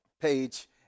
page